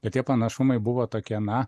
bet tie panašumai buvo tokie na